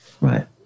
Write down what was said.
Right